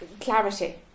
clarity